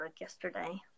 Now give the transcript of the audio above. yesterday